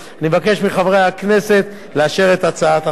אבקש מחברי הכנסת לאשר את הצעת החוק.